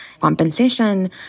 compensation